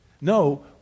No